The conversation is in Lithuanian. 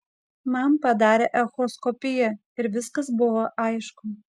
man padarė echoskopiją ir viskas buvo aišku